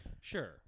Sure